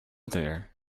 there